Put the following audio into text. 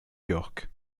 york